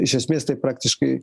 iš esmės tai praktiškai